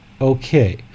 Okay